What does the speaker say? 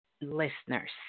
listeners